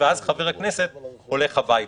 ואז חבר הכנסת הולך הביתה.